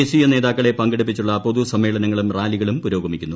ദേശീയ നേതാക്കളെ പങ്കെടുപ്പിച്ചുള്ള പൊതുസമ്മേളനങ്ങളും റാലികളും പുരോഗമിക്കുന്നു